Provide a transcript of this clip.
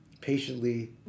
Patiently